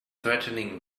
threatening